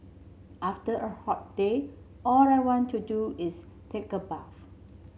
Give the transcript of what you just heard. after a hot day all I want to do is take a bath